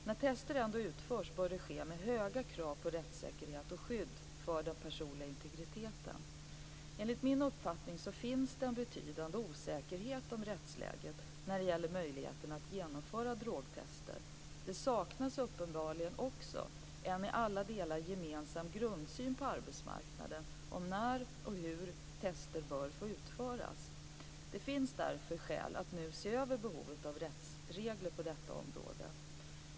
När test ändå utförs bör det ske med höga krav på rättssäkerhet och skydd för den personliga integriteten. Enligt min uppfattning finns det en betydande osäkerhet om rättsläget när det gäller möjligheterna att genomföra drogtest. Det saknas uppenbarligen också en i alla delar gemensam grundsyn på arbetsmarknaden om när och hur test bör få utföras. Det finns därför skäl att nu se över behovet av rättsregler på detta område.